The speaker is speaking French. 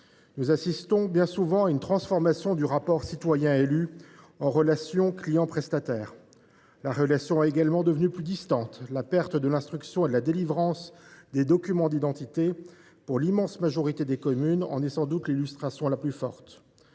Nous assistons bien souvent à une transformation du rapport entre les citoyens et les élus en une relation entre clients et prestataires. La relation est également devenue plus distante. La perte de l’instruction et de la délivrance des documents d’identité, pour l’immense majorité de communes, en est sans doute l’illustration la plus forte.